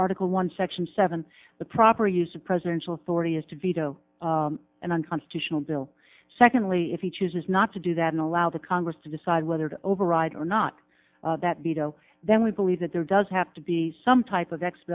article one section seven the proper use of presidential authority is to veto an unconstitutional bill secondly if he chooses not to do that and allow the congress to decide whether to override or not that veto then we believe that there does have to be some type of